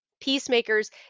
Peacemakers